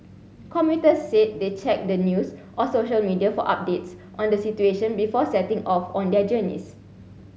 commuters said they checked the news or social media for updates on the situation before setting off on their journeys